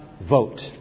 vote